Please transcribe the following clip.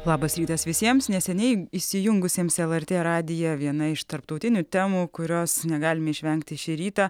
labas rytas visiems neseniai įsijungusiems lrt radiją viena iš tarptautinių temų kurios negalime išvengti šį rytą